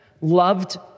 loved